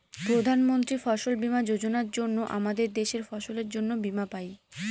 প্রধান মন্ত্রী ফসল বীমা যোজনার জন্য আমাদের দেশের ফসলের জন্যে বীমা পাই